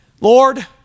Lord